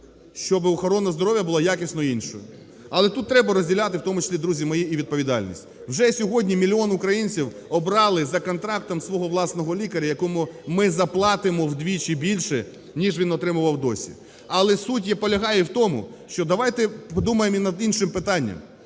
щоби охорона здоров'я була якісно іншою. Але тут треба розділяти, в тому числі, друзі мої, і відповідальність. Вже сьогодні мільйон українців обрали за контрактом свого власного лікаря, якому ми заплатимо вдвічі більше, ніж він отримував досі. Але суть полягає в тому, що давайте подумаємо і над іншим питанням: